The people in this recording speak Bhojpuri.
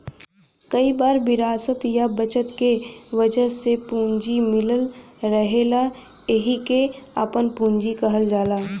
कई बार विरासत या बचत के वजह से पूंजी मिलल रहेला एहिके आपन पूंजी कहल जाला